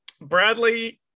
Bradley